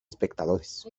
espectadores